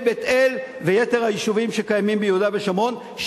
בית-אל ויתר היישובים שקיימים ביהודה ושומרון,